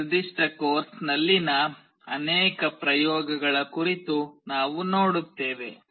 ಈ ನಿರ್ದಿಷ್ಟ ಕೋರ್ಸ್ನಲ್ಲಿನ ಅನೇಕ ಪ್ರಯೋಗಗಳ ಕುರಿತು ನಾವು ನೋಡುತ್ತೇವೆ